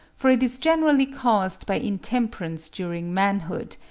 for it is generally caused by intemperance during manhood,